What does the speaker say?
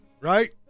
right